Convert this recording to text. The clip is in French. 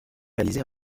réalisés